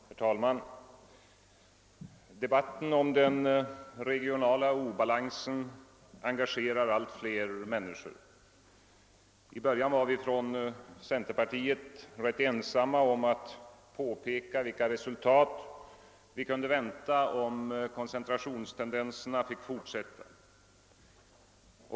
Herr talman! Debatten om den regionala obalansen engagerar allt fler människor. I början var vi inom centerpartiet rätt ensamma om att påpeka vilka resultat som kunde väntas om koncentrationstendenserna fick fortsätta.